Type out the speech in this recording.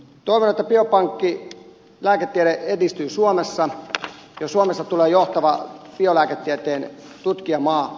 toivon että biopankkilääketiede edistyy suomessa ja suomesta tulee johtava biolääketieteen tutkijamaa